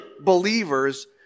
believers